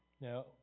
Now